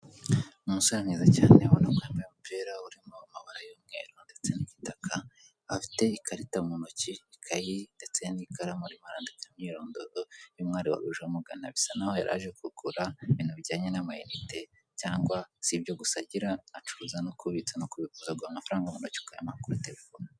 Umusore mwiza cyane ubonako yambaye umupira urimo amabara y'umweru ndetse n'igitaka, afite ikarita mu ntoki, ikayi ndetse n'ikaramu arimo arandika imyirondoro y'umwari wari uje amugana, bisa n'aho yari aje kugura yaraje kugura ibintu bijyanye n'amayinite cyangwa si ibyo gusa agira, acuruza no kubitsa no kubikuza, aguha amafaranga mu ntoki, ukayamuha kuri telefone.